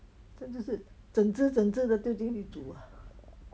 这个是整只整只的丢进去煮啊